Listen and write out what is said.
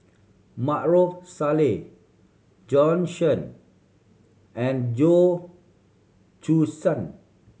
Maarof Salleh Jorn Shen and Goh Choo San